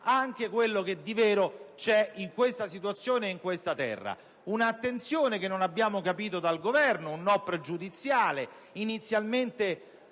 anche quello che di vero c'è in questa situazione e in questa terra. Un'attenzione che non abbiamo ricevuto dal Governo e un no pregiudiziale, inizialmente